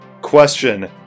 question